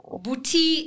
Booty